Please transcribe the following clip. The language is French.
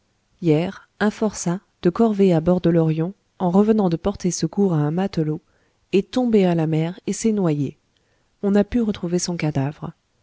hier un forçat de corvée à bord de l'orion en revenant de porter secours à un matelot est tombé à la mer et s'est noyé on n'a pu retrouver son cadavre